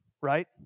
right